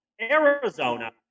Arizona